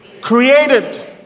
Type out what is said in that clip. Created